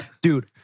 dude